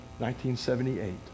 1978